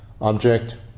object